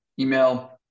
email